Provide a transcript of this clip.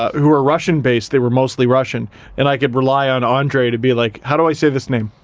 who were russian based, they were mostly russian and i could rely on andre to be like, how do i say this name